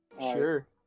Sure